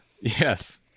yes